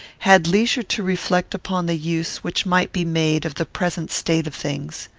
had leisure to reflect upon the use which might be made of the present state of things.